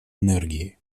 энергии